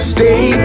Stay